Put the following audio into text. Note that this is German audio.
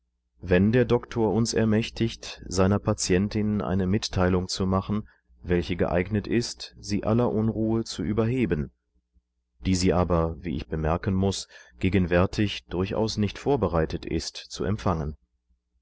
wenn der doktor uns ermächtigt seiner patientin eine mitteilung zu machen welche geeignet ist sie aller unruhe zu überheben die sie aber wie ich bemerkenmuß gegenwärtigdurchausnichtvorbereitetist zuempfangen